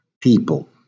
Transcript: people